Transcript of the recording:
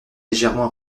légèrement